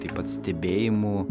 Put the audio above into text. taip pat stebėjimu